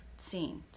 scene